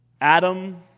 Adam